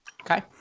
Okay